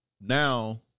now